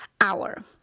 hour